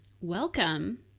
Welcome